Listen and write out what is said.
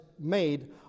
made